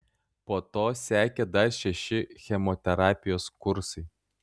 po to sekė dar šeši chemoterapijos kursai